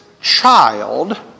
child